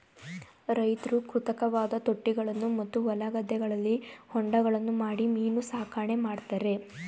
ರೈತ್ರು ಕೃತಕವಾದ ತೊಟ್ಟಿಗಳನ್ನು ಮತ್ತು ಹೊಲ ಗದ್ದೆಗಳಲ್ಲಿ ಹೊಂಡಗಳನ್ನು ಮಾಡಿ ಮೀನು ಸಾಕಣೆ ಮಾಡ್ತರೆ